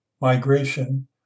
migration